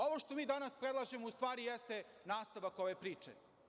Ovo što mi danas predlažemo u stvari jeste nastavak ove priče.